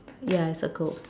yeah I circled